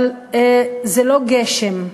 אבל זה לא גשם,